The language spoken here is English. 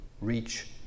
reach